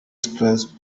stressed